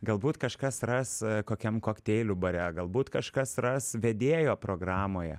galbūt kažkas ras kokiam kokteilių bare galbūt kažkas ras vedėjo programoje